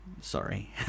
sorry